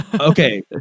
okay